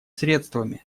средствами